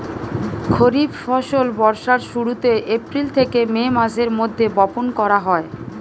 খরিফ ফসল বর্ষার শুরুতে, এপ্রিল থেকে মে মাসের মধ্যে বপন করা হয়